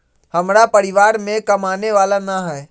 हमरा परिवार में कमाने वाला ना है?